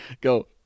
go